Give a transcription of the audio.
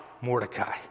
Mordecai